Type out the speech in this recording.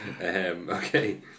Okay